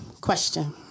Question